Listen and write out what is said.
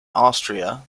austria